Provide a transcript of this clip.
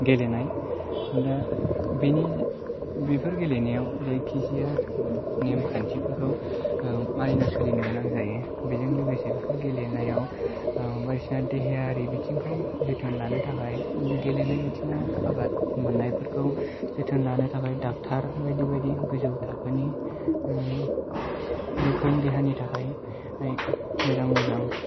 गेलेनाय दा बेनि बेफोर गेलेनायाव जायखि जाया नेम खान्थिफोरखौ मानिना सोलिनो गोनां जायो बेजों लोगोसे बेफोर गेलेनायाव बायदिसिना देहायारि बिथिंफोराव जोथोन लानो थाखाय गेलेनाय बिथिङाव आबाद मोननायफोरखौ जोथोन लानो थाखाय डाक्टार बायदि बायदि गोजौ थाखोनि गोग्गो देहानि थाखाय मोजां मोजां